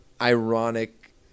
ironic